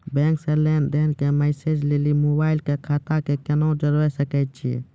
Bank से लेंन देंन के मैसेज लेली मोबाइल के खाता के केना जोड़े सकय छियै?